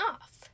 off